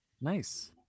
Nice